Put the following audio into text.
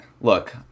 look